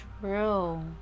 True